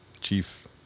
chief